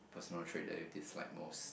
personal trait that you dislike most